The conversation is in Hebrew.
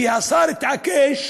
כי השר התעקש